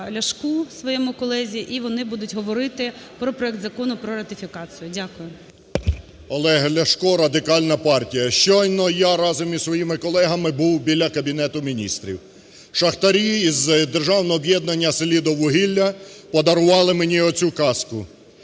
Олег Ляшко, Радикальна партія. Щойно я разом із своїми колегами був біля Кабінету Міністрів. Шахтарі із державного об'єднання "Селидіввугілля" подарували мені оцю каску.